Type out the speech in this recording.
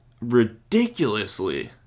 ridiculously